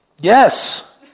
Yes